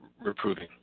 reproving